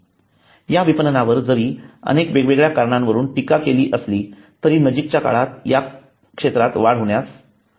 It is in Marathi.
या विपणनावर जरी अनेकांनी वेगवेगळ्या कारणांवरून टीका केली असली तरी नजीकच्या काळात या क्षेत्रात वाढ होण्यास वाव आहे